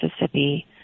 Mississippi